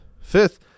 Fifth